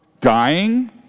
dying